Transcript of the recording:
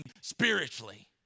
spiritually